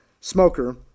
smoker